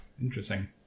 interesting